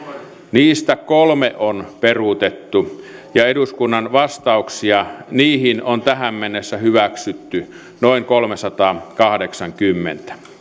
niistä kolme on peruutettu ja eduskunnan vastauksia niihin on tähän mennessä hyväksytty noin kolmesataakahdeksankymmentä